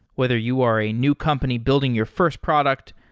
whether you are a new company building your first product,